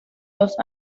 los